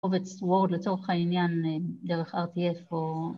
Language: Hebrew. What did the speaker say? קובץ וורד לצורך העניין דרך rtf או